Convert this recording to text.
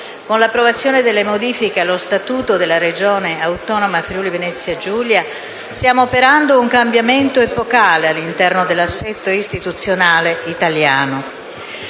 Con l'approvazione delle modifiche allo Statuto della Regione autonoma Friuli-Venezia Giulia stiamo operando un cambiamento epocale all'interno dell'assetto istituzionale italiano.